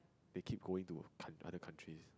they keep going to oth~ other countries